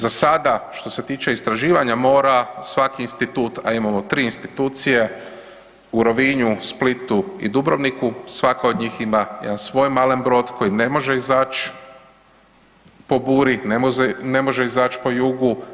Za sada što se tiče istraživanja mora svaki institut, a imamo tri institucije u Rovinju, Splitu i Dubrovniku svaka od njih ima jedan svoj malen brod koji ne može izać po buri, ne može izać po jugu.